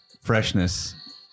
freshness